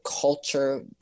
culture